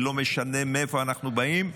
ולא משנה מאיפה אנחנו באים.